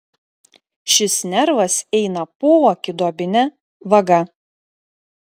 šis nervas eina poakiduobine vaga